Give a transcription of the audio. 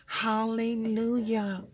hallelujah